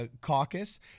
Caucus